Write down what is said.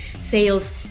sales